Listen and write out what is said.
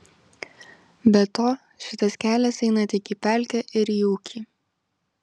be to šitas kelias eina tik į pelkę ir į ūkį